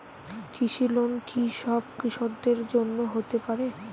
কৃষি লোন কি সব কৃষকদের জন্য হতে পারে?